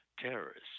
terrorists